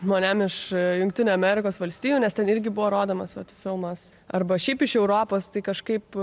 žmonėm iš jungtinių amerikos valstijų nes ten irgi buvo rodomas vat filmas arba šiaip iš europos tai kažkaip